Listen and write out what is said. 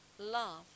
Love